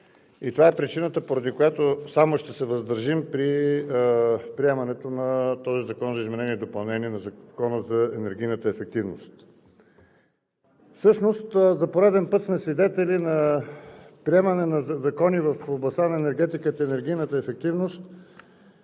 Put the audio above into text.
Това е причината, поради която само ще се въздържим при приемането на този закон за изменение и допълнение на Закона за енергийната ефективност. Всъщност за пореден път сме свидетели на приемане на закони в областта на енергетиката и енергийната ефективност